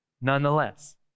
nonetheless